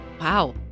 Wow